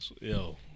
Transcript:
Yo